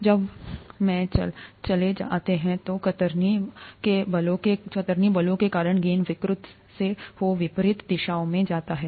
जब वेमें चले जाते हैं तो कतरनी बलों के कारण गेंद विकृत हो विपरीत दिशाओंजाती है